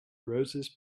roses